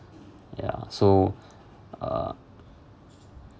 ya so uh